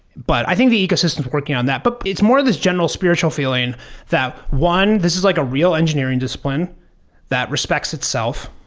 but i think the ecosystem is working on that. but it's more of this general spiritual feeling that one, this is like a real engineering discipline that respects itself.